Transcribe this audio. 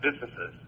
businesses